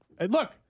Look